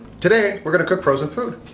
today, we're gonna cook frozen food.